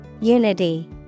Unity